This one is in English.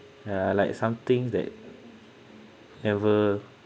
ya like something that ever